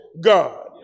God